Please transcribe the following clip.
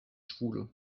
schwule